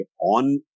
on